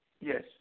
yes